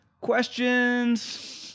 questions